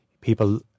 people